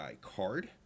card